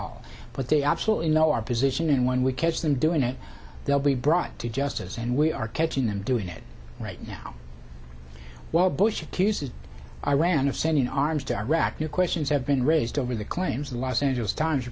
all but they absolutely know our position and when we catch them doing it they'll be brought to justice and we are catching them doing it right now while bush accuses iran of sending arms to iraq your questions have been raised over the claims of the los angeles times